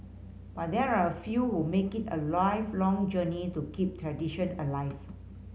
but there are a few who make it a lifelong journey to keep tradition alive